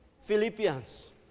Philippians